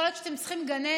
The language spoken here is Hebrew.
יכול להיות שאתם צריכים גננת,